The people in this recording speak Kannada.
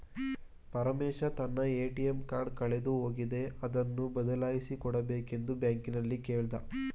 ಪರಮೇಶ ತನ್ನ ಎ.ಟಿ.ಎಂ ಕಾರ್ಡ್ ಕಳೆದು ಹೋಗಿದೆ ಅದನ್ನು ಬದಲಿಸಿ ಕೊಡಬೇಕೆಂದು ಬ್ಯಾಂಕಲ್ಲಿ ಕೇಳ್ದ